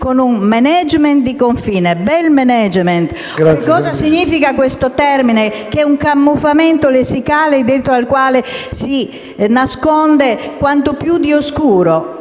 con un *management* di confine. Bel *management*! Mi chiedo cosa significhi questo termine, che è un camuffamento lessicale dentro al quale si nasconde quanto più di oscuro